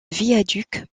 viaduc